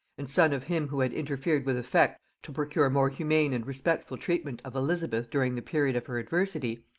and son of him who had interfered with effect to procure more humane and respectful treatment of elizabeth during the period of her adversity,